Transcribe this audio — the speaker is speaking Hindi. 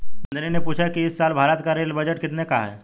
नंदनी ने पूछा कि इस साल भारत का रेल बजट कितने का है?